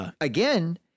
again